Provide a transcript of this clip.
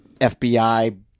FBI